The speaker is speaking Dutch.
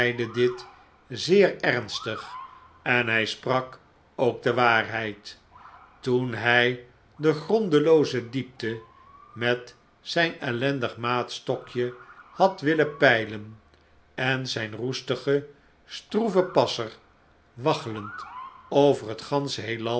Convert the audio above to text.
dit zeer ernstig en hij sprak ook de waarheid toen hij de grondelooze diepte met zijn ellendig maatstokje had willen peilen en zijn roestigen stroeven passer waggelend over het gansche heelal